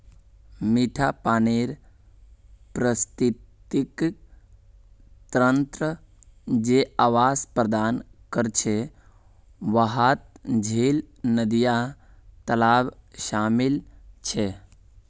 मिठा पानीर पारिस्थितिक तंत्र जे आवास प्रदान करछे वहात झील, नदिया, तालाब शामिल छे